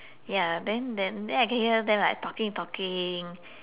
ya then then then I can hear them like talking talking